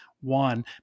one